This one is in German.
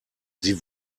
sie